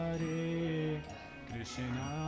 Krishna